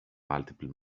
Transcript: multiple